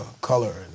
color